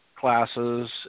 classes